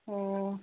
ꯑꯣ